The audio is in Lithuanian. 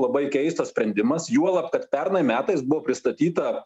labai keistas sprendimas juolab kad pernai metais buvo pristatyta